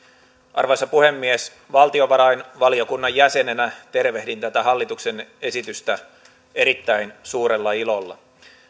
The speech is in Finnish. arvoisa puhemies valtiovarainvaliokunnan jäsenenä tervehdin tätä hallituksen esitystä erittäin suurella ilolla